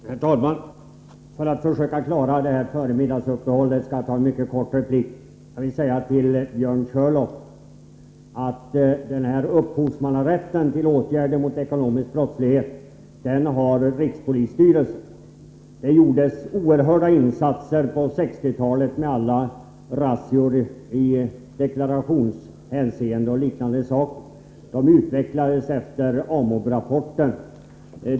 Herr talman! För att försöka klara det här före middagsuppehållet skall jag begränsa mig till en mycket kort replik. Jag vill säga till Björn Körlof att upphovsmannarätten till 1970-talets åtgärder mot ekonomisk brottslighet har rikspolisstyrelsen. Det gjordes oerhörda insatser också på 1960-talet med alla razzior i deklarationshänseende osv. Dessa insatser utvecklades efter AMOB-rapporten.